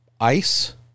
ICE